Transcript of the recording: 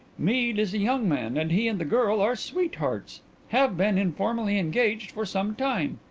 mead is a young man, and he and the girl are sweethearts have been informally engaged for some time.